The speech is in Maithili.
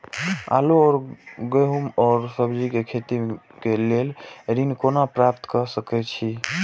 आलू और गेहूं और सब्जी के खेती के लेल ऋण कोना प्राप्त कय सकेत छी?